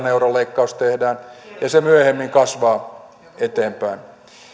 euron leikkaus tehdään ja se myöhemmin kasvaa eteenpäin